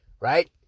Right